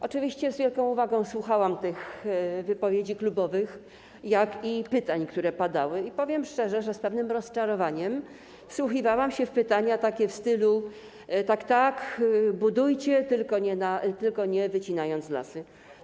Oczywiście z wielką uwagą słuchałam tych wypowiedzi klubowych, jak również pytań, które padały, i powiem szczerze, że z pewnym rozczarowaniem wsłuchiwałam się w wypowiedzi takie w stylu: tak, tak, budujcie, tylko nie wycinając lasów.